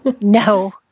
no